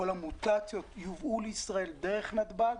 כל המוטציות יובאו לישראל דרך נתב"ג.